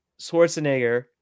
Schwarzenegger